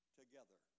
together